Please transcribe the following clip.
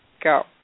Go